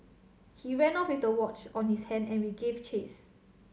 he ran off with the watch on his hand and we gave chase